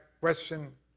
question